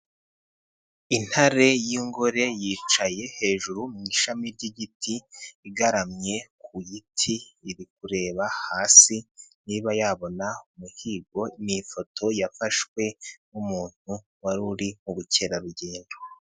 Intare y'ingore yicaye hejuru mu ishami ry'igiti igaramye ku giti iri kureba hasi niba yabona umuhigo ni ifoto yafashwe n'umuntu wari uri mu bukerarugendo.